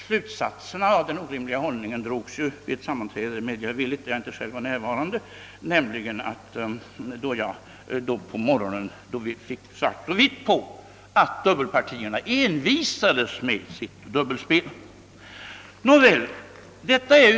Slutsatserna av denna orimliga hållning drogs emellertid vid ett sammanträde där jag själv inte var närvarande, nämligen då man på tisdagsmorgonen fick svart på vitt på att dubbelpartierna envisades med sitt dubbelspel.